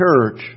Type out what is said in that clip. church